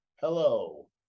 hello